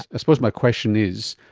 ah suppose my question is,